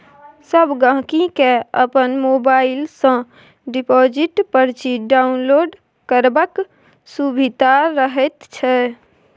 सब गहिंकी केँ अपन मोबाइल सँ डिपोजिट परची डाउनलोड करबाक सुभिता रहैत छै